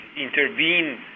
intervene